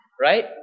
right